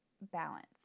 balance